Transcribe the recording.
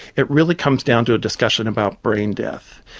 it really comes down to a discussion about brain death.